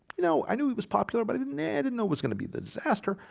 you know, i knew he was popular but i didn't yeah didn't know was gonna be the disaster.